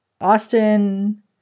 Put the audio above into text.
Austin